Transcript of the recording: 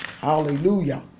hallelujah